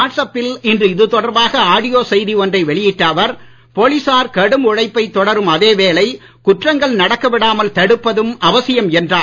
watts அப்பில் இன்று இது தொடர்பாக ஆடியோ செய்தி ஒன்றை வெளியிட்ட அவர் போலீசார் கடும் உழைப்பை தொடரும் அதே வேளை குற்றங்கள் நடக்க விடாமல் தடுப்பதும் அவசியம் என்றார்